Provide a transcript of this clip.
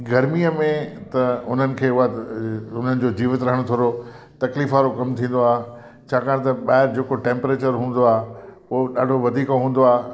गर्मीअ में त उन्हनि खे वधि उन्हनि जो जीवित रहणु थोरो तकलीफ़ु वारो कमु थींदो आहे छाकाणि त ॿाहिरि जेको टेंप्रेचर हूंदो आहे उहो ॾाढो वधीक हूंदो आहे